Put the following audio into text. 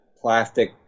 plastic